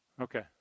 Okay